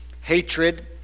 hatred